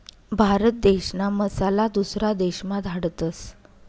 भारत देशना मसाला दुसरा देशमा धाडतस